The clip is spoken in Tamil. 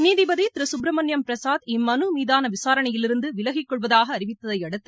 நீதிபதி திரு சுப்பிரமணியம் பிரசாத் இம்மனு மீதான விசாரணையிலிருந்து விலகிக்கொள்வதாக அறிவித்தையடுத்து